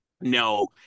No